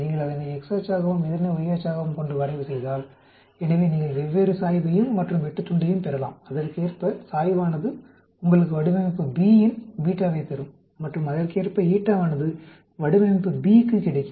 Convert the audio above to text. நீங்கள் அதனை x அச்சாகவும் இதனை y அச்சாகவும் கொண்டு வரைவு செய்தால் எனவே நீங்கள் வெவ்வேறு சாய்வையும் மற்றும் வெட்டுத்துண்டையும் பெறலாம் அதற்கேற்ப சாய்வானது உங்களுக்கு வடிவமைப்பு B இன் β வைத் தரும் மற்றும் அதற்கேற்ப η வானது வடிவமைப்பு B க்குக் கிடைக்கும்